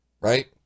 right